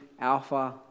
Alpha